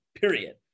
period